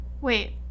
Wait